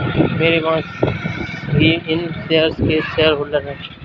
मेरे बॉस ही इन शेयर्स के शेयरहोल्डर हैं